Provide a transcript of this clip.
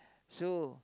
so